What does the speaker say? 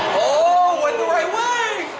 oh, went the right way!